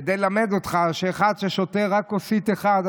כדי ללמד אותך שאחד ששותה רק כוסית אחת,